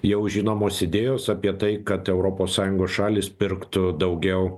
jau žinomos idėjos apie tai kad europos sąjungos šalys pirktų daugiau